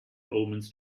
omens